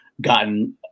gotten